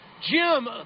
Jim